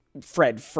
Fred